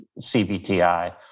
CBTI